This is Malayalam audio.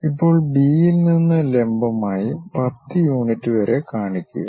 ഇപ്പോൾ ബി യിൽ നിന്ന് ലംബമായി 10 യൂണിറ്റ് വരെ കാണിക്കുക